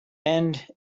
and